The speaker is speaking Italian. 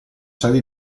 sede